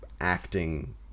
acting